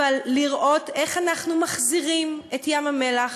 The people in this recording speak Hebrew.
אבל לראות איך אנחנו מחזירים את ים-המלח